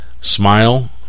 Smile